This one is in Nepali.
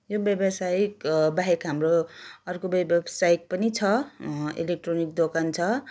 यो व्यवसायिक बाहेक हाम्रो अर्को व्यवसायिक पनि छ इलेक्ट्रोनिक दोकान छ